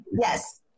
Yes